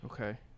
Okay